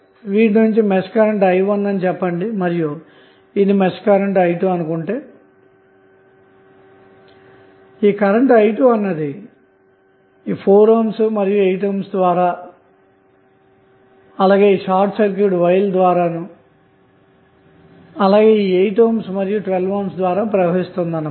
ఇది mesh current i1 ని చెప్పండిమరియు ఇది మెష్ కరెంట్i2 ఈ కరెంట్ i2 అన్నది 4 ohm 8 ohmద్వారా మరియు షార్ట్ సర్క్యూట్ వైర్ ద్వారాను అలాగే 8 ohm మరియు 12 V సోర్స్ద్వారా ప్రవహిస్తుంది అన్న మాట